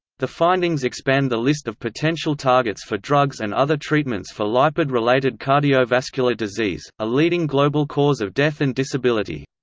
the findings expand the list of potential targets for drugs and other treatments for lipid-related cardiovascular disease, a leading global cause of death and disability.